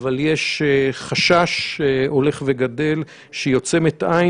אבל יש חשש שהולך וגדל שהיא עוצמת עין